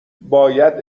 باید